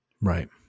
Right